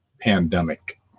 pandemic